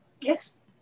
yes